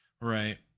right